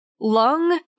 Lung